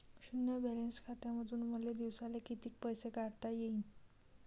शुन्य बॅलन्स खात्यामंधून मले दिवसाले कितीक पैसे काढता येईन?